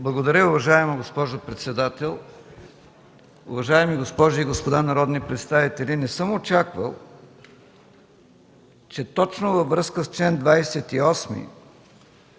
Благодаря. Уважаема госпожо председател, уважаеми госпожи и господа народни представители! Не съм очаквал, че точно във връзка с чл. 28